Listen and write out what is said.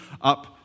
up